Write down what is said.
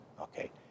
Okay